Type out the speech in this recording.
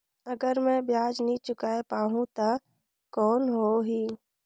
अगर मै ब्याज नी चुकाय पाहुं ता कौन हो ही?